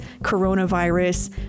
coronavirus